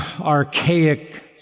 archaic